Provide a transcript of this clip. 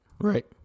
right